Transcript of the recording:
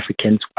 Africans